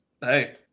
hey